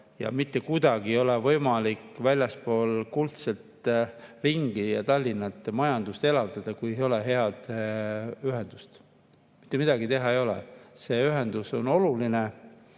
ja mitte kuidagi ei ole võimalik väljaspool kuldset ringi ja Tallinna majandust elavdada, kui ei ole head ühendust. Mitte midagi teha ei ole, ühendus on oluline.